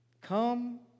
Come